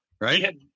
Right